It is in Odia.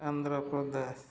ଆନ୍ଧ୍ରପ୍ରଦେଶ